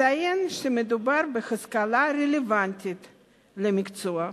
אציין שמדובר בהשכלה הרלוונטית למקצוע.